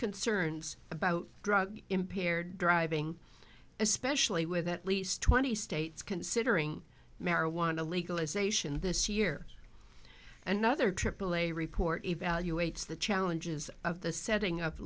concerns about drug impaired driving especially with at least twenty states considering marijuana legalization this year another aaa report evaluates the challenges of the setting up